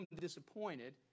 disappointed